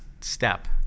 step